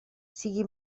sigui